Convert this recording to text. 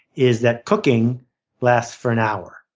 is that cooking lasts for an hour.